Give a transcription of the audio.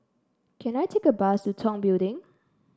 can I take a bus to Tong Building